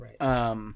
Right